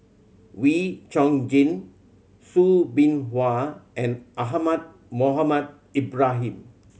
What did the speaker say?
Wee Chong Jin Soo Bin Chua and Ahmad Mohamed Ibrahim